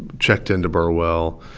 checked into burwell.